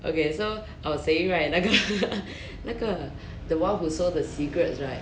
okay so I was saying right 那个 那个 the one who sold the cigarettes right